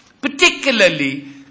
Particularly